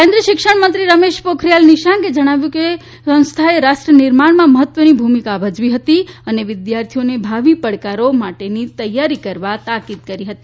કેન્દ્રીય શિક્ષણમંત્રી રમેશ પોખરીયલ નિશાંકે ણાવ્યું કે સંસ્થાએ રાષ્ટ્ર નિર્માણમાં મહત્વની ભૂમિકા ભા વી હતી અને વિદ્યાર્થીઓને ભાવિ પડકારો માટેની તૈયારી કરવા તાકીદ કરી હતી